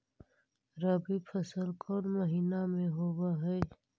रबी फसल कोन महिना में होब हई?